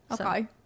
Okay